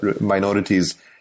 minorities